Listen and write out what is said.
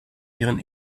ihren